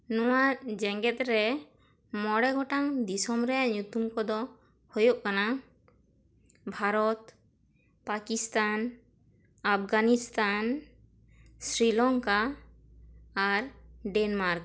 ᱱᱚᱣᱟ ᱡᱮᱜᱮᱛ ᱨᱮ ᱢᱚᱬᱮ ᱜᱚᱴᱟᱝ ᱫᱤᱥᱚᱢ ᱨᱮᱭᱟᱜ ᱧᱩᱛᱩᱢ ᱠᱚ ᱫᱚ ᱦᱚᱭᱚᱜ ᱠᱟᱱᱟ ᱵᱷᱟᱨᱚᱛ ᱯᱟᱠᱤᱥᱛᱟᱱ ᱟᱯᱜᱟᱱᱤᱥᱛᱟᱱ ᱥᱨᱤᱞᱚᱝᱠᱟ ᱟᱨ ᱰᱮᱱᱢᱟᱨᱠ